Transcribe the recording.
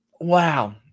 Wow